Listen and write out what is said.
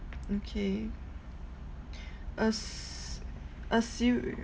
okay a a seri~